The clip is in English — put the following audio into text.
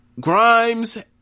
Grimes